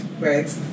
right